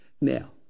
Now